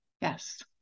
Yes